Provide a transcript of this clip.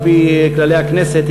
על-פי כללי הכנסת,